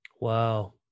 Wow